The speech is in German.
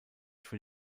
für